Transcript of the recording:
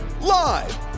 Live